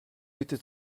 bitte